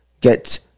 get